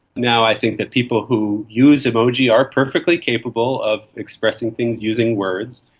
now, i think that people who use emoji are perfectly capable of expressing things using words,